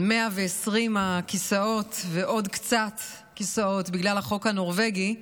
על 120 הכיסאות ועוד קצת כיסאות בגלל החוק הנורבגי.